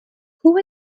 who